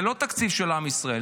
זה לא תקציב של עם ישראל,